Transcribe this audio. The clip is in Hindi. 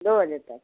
दो बजे तक